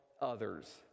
others